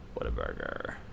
Whataburger